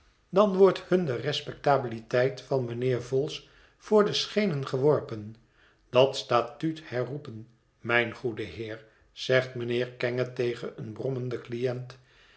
dan wordt hun de respectabiliteit van mijnheer vholes voor de schenen gewoi'pen dat statuut herroepen mijn goede heer zegt mijnheer kenge tegen een brommenden cliënt